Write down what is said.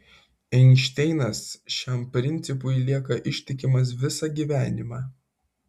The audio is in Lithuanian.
einšteinas šiam principui lieka ištikimas visą gyvenimą